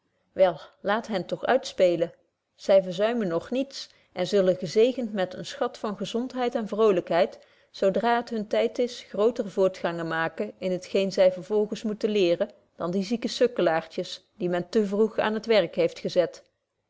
wel laat hen toch uitspelen zy verzuimen nog niets en zullen gezegend met eenen schat van gezondheid en vrolykheid zo dra het hun tyd is grooter voortgangen maken in het geen zy vervolgens moeten leren dan die zieke sukkelaartjes die men te vroeg aan t werk heeft gezet